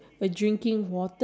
boring